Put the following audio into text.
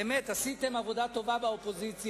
באמת, עשיתם עבודה טובה באופוזיציה.